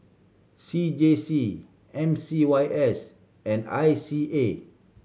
C J C M C Y S and I C A